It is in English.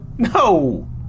No